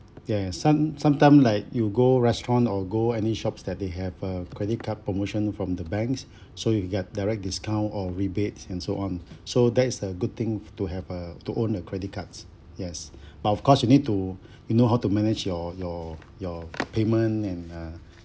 ya some sometime like you go restaurant or go any shops that they have uh credit card promotions from the banks so you get direct discount or rebates and so on so that is a good thing to have a to own a credit cards yes but of course you need to you know how to manage your your your payment and uh